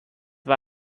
war